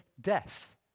death